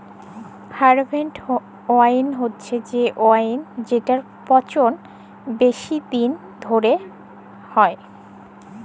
harvest wine হছে সে wine যেটর পচল বেশি দিল ধ্যইরে ক্যইরা হ্যয়